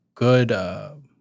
Good